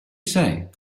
say